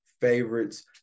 favorites